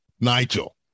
Nigel